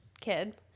kid